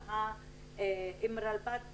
אם הרלב"ד,